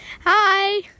Hi